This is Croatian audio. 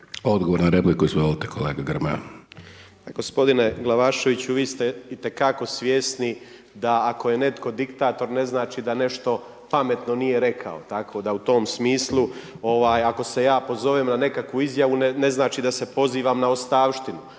Odgovor na repliku, izvolite kolega Grmoja. **Grmoja, Nikola (MOST)** Gospodine Glavaševiću, vi ste itekako svjesni da ako je netko diktator, ne znači da nešto pametno nije rekao, tako da u tom smislu, ovaj, ako se ja pozovem na nekakvu izjavu, ne znači da se pozivam na ostavštinu,